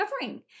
covering